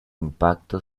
impacto